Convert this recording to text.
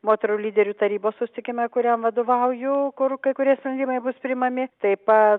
moterų lyderių tarybos susitikime kuriam vadovauju kur kai kurie sprendimai bus priimami taip pat